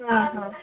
ಹಾಂ ಹಾಂ